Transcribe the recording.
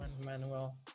Manuel